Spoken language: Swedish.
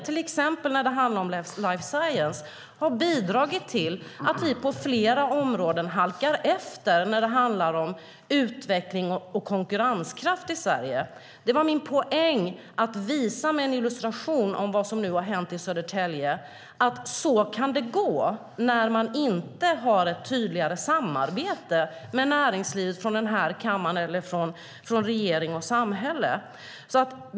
Jag hävdar att det har bidragit till att vi på flera områden halkar efter när det handlar om utveckling och konkurrenskraft i Sverige. Det var min poäng att med vad som nu har hänt i Södertälje illustrera hur det kan gå när man inte har ett tydligare samarbete med näringslivet från den här kammaren eller från regeringen och samhället.